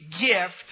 gift